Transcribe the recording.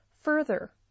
Further